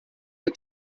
you